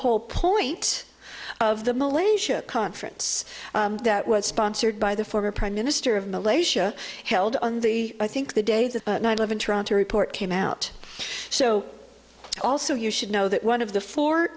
whole point of the malaysia conference that was sponsored by the former prime minister of malaysia held on the i think the days of nine eleven toronto report came out so also you should know that one of the four